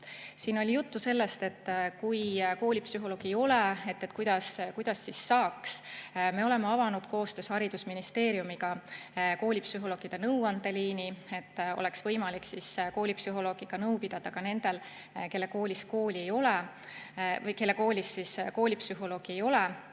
Siin oli juttu sellest, et kui koolipsühholoogi ei ole, kuidas siis saaks. Me oleme avanud koostöös haridusministeeriumiga koolipsühholoogide nõuandeliini, et oleks võimalik koolipsühholoogiga nõu pidada ka nendel, kelle koolis koolipsühholoogi ei ole.